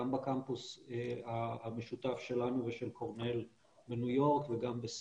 גם בקמפוס המשותף שלנו ושל קורנל בניו יורק וגם בסין.